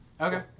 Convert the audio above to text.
Okay